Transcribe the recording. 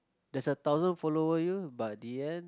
there's a thousand follower you but the end